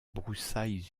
broussailles